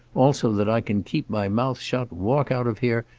also that i can keep my mouth shut, walk out of here,